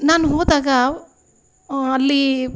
ನಾನು ಹೋದಾಗ ಅಲ್ಲಿ